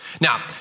Now